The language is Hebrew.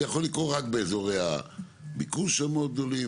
זה יכול לקרות רק באזורי הביקוש המאוד גדולים,